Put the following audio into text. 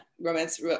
Romance